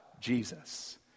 Jesus